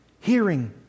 hearing